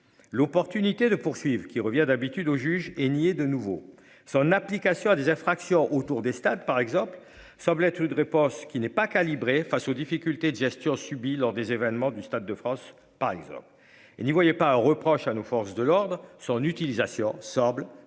l'opportunité de poursuivre, qui revient d'habitude au juge et nié de nouveau son application à des infractions autour des stades par exemple semble être une réponse qui n'est pas calibrée face aux difficultés de gestion subie lors des événements du Stade de France par exemple. Et n'y voyez pas un reproche à nos forces de l'ordre. Son utilisation semble